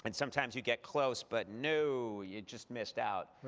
and sometimes you get close, but no, you just missed out.